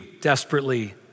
desperately